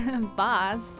Boss